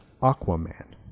Aquaman